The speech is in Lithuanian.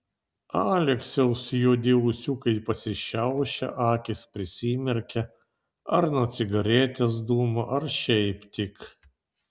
aleksiaus juodi ūsiukai pasišiaušia akys prisimerkia ar nuo cigaretės dūmų ar šiaip tik